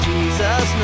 Jesus